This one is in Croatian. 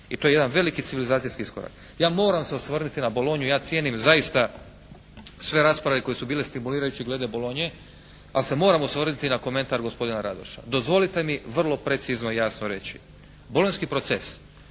I to je jedan veliki civilizacijski iskorak. Ja moram se osvrnuti na Bolonju. Ja cijenim zaista sve rasprave koje su bile stimulirajuće glede Bolonje. Ali se moram osvrnuti na komentar gospodina Radoša. Dozvolite mi vrlo precizno i jasno reći. Bolonjski proces